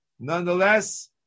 Nonetheless